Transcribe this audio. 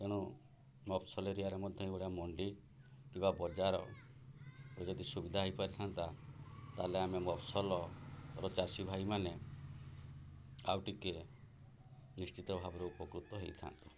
ତେଣୁ ମଫସଲ ଏରିଆରେ ମଧ୍ୟ ଏଟା ମଣ୍ଡି କିମ୍ବା ବଜାର ଯଦି ସୁବିଧା ହୋଇପାରିଥାନ୍ତା ତାହେଲେ ଆମେ ମଫସଲର ଚାଷୀ ଭାଇମାନେ ଆଉ ଟିକେ ନିଶ୍ଚିତ ଭାବରେ ଉପକୃତ ହୋଇଥାନ୍ତା